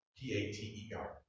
P-A-T-E-R